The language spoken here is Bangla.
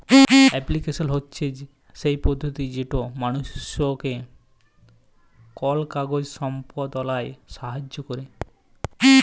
এপ্লিক্যাশল হছে সেই পদ্ধতি যেট মালুসকে কল কাজ সম্পাদলায় সাহাইয্য ক্যরে